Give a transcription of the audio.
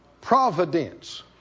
providence